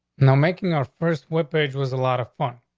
now, making our first web page was a lot of fun.